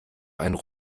einen